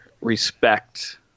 respect